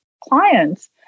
clients